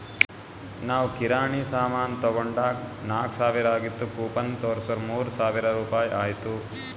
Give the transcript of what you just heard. ನಾವ್ ಕಿರಾಣಿ ಸಾಮಾನ್ ತೊಂಡಾಗ್ ನಾಕ್ ಸಾವಿರ ಆಗಿತ್ತು ಕೂಪನ್ ತೋರ್ಸುರ್ ಮೂರ್ ಸಾವಿರ ರುಪಾಯಿ ಆಯ್ತು